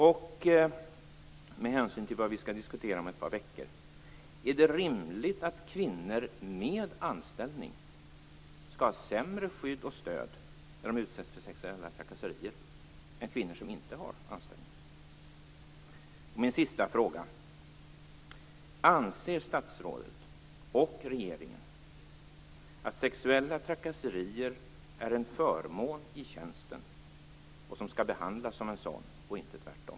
Och, med hänsyn till vad vi skall diskutera om ett par veckor, är det rimligt att kvinnor med anställning skall ha sämre skydd och stöd när de utsätts för sexuella trakasserier än kvinnor som inte har anställning? Min sista fråga: Anser statsrådet och regeringen att sexuella trakasserier är en förmån i tjänsten som skall behandlas som en sådan och inte tvärtom?